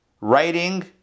writing